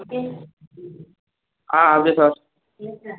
അതെ ആ അതെ സാർ തീർച്ച